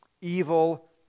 evil